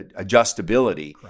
adjustability